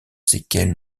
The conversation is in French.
séquelles